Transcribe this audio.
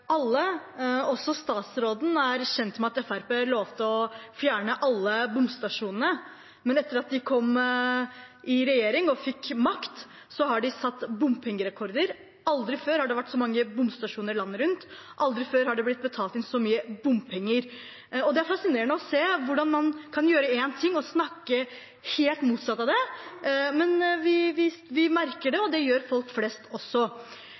fikk makt, har de satt bompengerekorder. Aldri før har det vært så mange bomstasjoner landet rundt, aldri før har det blitt betalt inn så mye bompenger. Det er fascinerende å se hvordan man kan gjøre én ting og si det helt motsatte. Men vi merker det, og det gjør folk flest også.